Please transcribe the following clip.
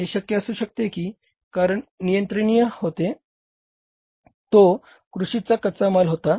हे शक्य असू शकते की कारण नियंत्रणीय होते तो कृषीचा कच्चा माल होता